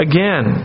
Again